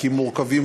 תיקים מורכבים,